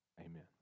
Amen